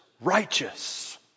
righteous